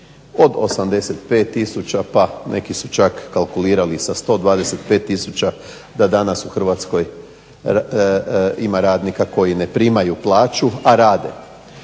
od 85 tisuća pa neki su čak kalkulirali sa 125 tisuća, da danas u Hrvatskoj ima radnika koji ne primaju plaću, a rade.